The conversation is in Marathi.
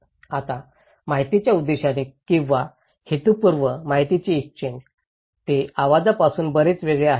आता माहितीच्या उद्देशाने किंवा हेतूपूर्ण माहितीची एक्सचेन्ज ते आवाजापासून बरेच वेगळे आहेत